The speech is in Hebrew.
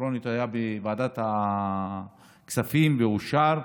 אלקטרוניות בוועדת הכספים ואושר.